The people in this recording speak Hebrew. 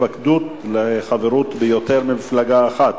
התפקדות לחברות ביותר ממפלגה אחת),